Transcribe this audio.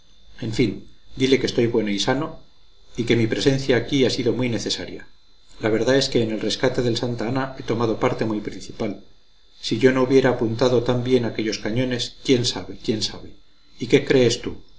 en fin dile que estoy bueno y sano y que mi presencia aquí ha sido muy necesaria la verdad es que en el rescate del santa ana he tomado parte muy principal si yo no hubiera apuntado tan bien aquellos cañones quién sabe quién sabe y qué crees tú